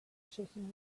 shaking